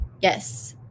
yes